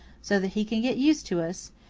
so that he can get used to us,